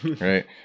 Right